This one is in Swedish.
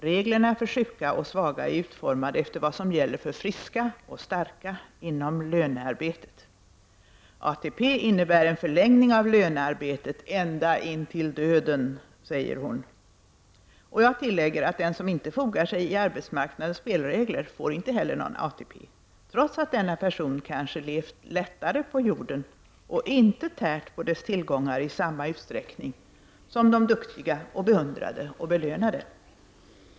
Reglerna för sjuka och svaga är utformade efter vad som gäller för friska och starka inom lönearbetet. ATP innebär en förlängning av lönearbetet ända intill döden, säger hon. Jag tillägger att den som inte fogar sig i arbetsmarknadens spelregler inte heller får någon ATP, trots att denna person kanske levt lättare på jorden och inte tärt på dess tillgångar i samma utsträckning som de duktiga, beundrade och belönade.